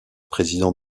président